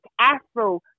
Afro